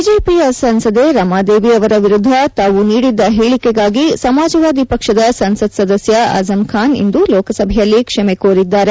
ಬಿಜೆಪಿಯ ಸಂಸದೆ ರಮಾದೇವಿ ಅವರ ವಿರುದ್ದ ತಾವು ನೀಡಿದ್ದ ಹೇಳಿಕೆಗಾಗಿ ಸಮಾಜವಾದಿ ಪಕ್ಷದ ಸಂಸತ್ ಸದಸ್ಯ ಅಜಮ್ ಖಾನ್ ಇಂದು ಲೋಕಸಭೆಯಲ್ಲಿ ಕ್ಷಮೆ ಕೋರಿದ್ದಾರೆ